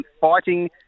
Fighting